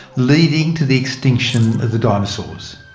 leading to the extinction of the dinosaurs.